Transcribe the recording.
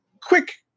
Quick